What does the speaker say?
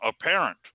apparent